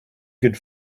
good